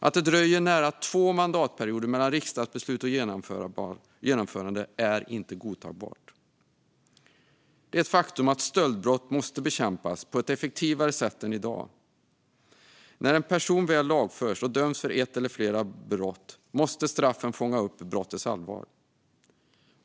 Att det dröjer nära två mandatperioder mellan riksdagsbeslut och genomförande är inte godtagbart. Det är ett faktum att stöldbrott måste bekämpas på ett effektivare sätt än i dag. När en person väl lagförs och döms för ett eller flera brott måste straffen fånga upp brottens allvar.